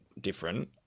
different